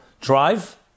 drive